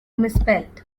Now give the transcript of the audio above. misspelled